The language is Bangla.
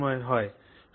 এটা সব সময়ই হয়